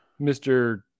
Mr